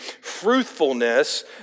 fruitfulness